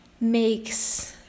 makes